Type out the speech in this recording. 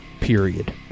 Period